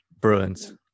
Bruins